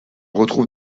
retrouve